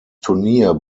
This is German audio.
turnier